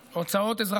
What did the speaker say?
חברים, התקציב שמונח